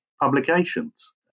publications